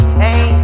hey